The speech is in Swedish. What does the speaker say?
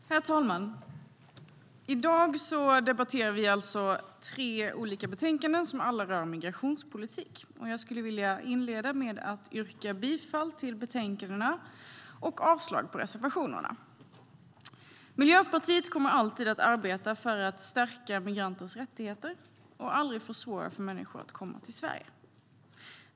Herr talman! I dag debatterar vi tre olika betänkanden som alla rör migrationspolitik. Jag skulle vilja inleda med att yrka bifall till utskottsförslagen och avslag på reservationerna. Miljöpartiet kommer alltid att arbeta för att stärka migranters rättigheter och aldrig försvåra för människor att komma till Sverige.